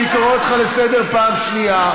אני קורא אותך לסדר פעם שנייה.